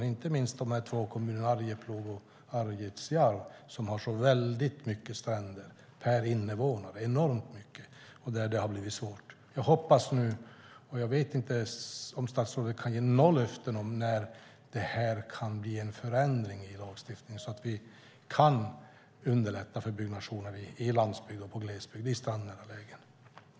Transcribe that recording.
Det gäller inte minst de två kommunerna Arjeplog och Arvidsjaur som har så väldigt mycket stränder per invånare. Det är en enormt mycket, och där har det blivit svårt. Jag vet inte om statsrådet kan ge något löfte om när det kan bli en förändring i lagstiftningen så att vi kan underlätta för byggnation i strandnära lägen på landsbygd och i glesbygd.